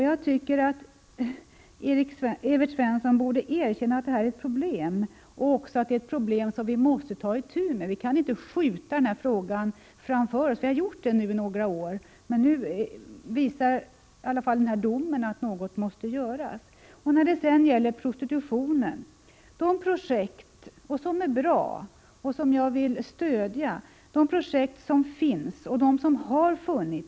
Jag tycker att Evert Svensson borde erkänna att detta är ett problem och att det är ett problem som vi måste ta itu med. Vi kan inte skjuta den här frågan framför oss. Vi har gjort det några år, men nu visar den avkunnade domen att något måste göras. 61 Det finns och har funnits bra projekt för att motverka prostitutionen, och dem vill jag stödja.